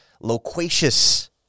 loquacious